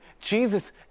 Jesus